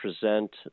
present